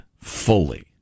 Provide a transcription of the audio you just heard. fully